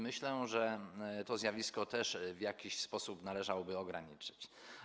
Myślę, że to zjawisko też w jakiś sposób należałoby ograniczyć.